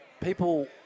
people